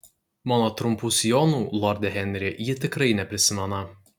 mano trumpų sijonų lorde henri ji tikrai neprisimena